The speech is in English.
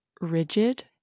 rigid